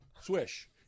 Swish